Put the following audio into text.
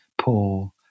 poor